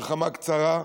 מלחמה קצרה,